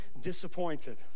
disappointed